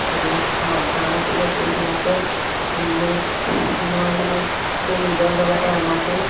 এইবিলাক চাওঁ কাৰণ কেলেই এইবিলাকে মোক মই মানে মোৰ নিজৰ লগতে আনকো